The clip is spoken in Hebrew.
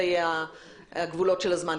אלה יהוו גבולות הזמן.